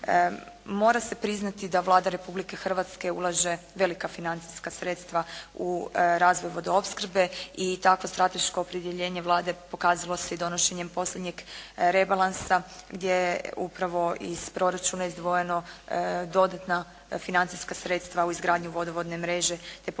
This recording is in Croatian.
Mora se priznati da Vlada Republike Hrvatske ulaže velika financijska sredstva u razvoj vodoopskrbe i takvo strateško opredjeljenje Vlade pokazalo se i donošenjem posljednjeg rebalansa gdje je upravo iz proračuna izdvojeno dodatna financijska sredstva u izgradnju vodovodne mreže te poboljšanje